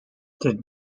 did